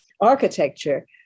architecture